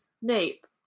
Snape